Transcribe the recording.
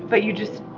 but you just,